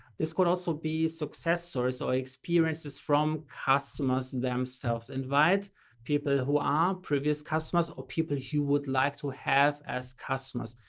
this could also be success stories or experiences from customers. invite people who are previous customers or people who would like to have as customers.